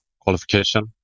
qualification